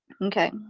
Okay